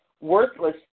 worthless